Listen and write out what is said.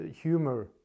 humor